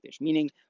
Meaning